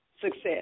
success